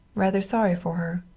rather sorry for her.